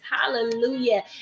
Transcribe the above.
Hallelujah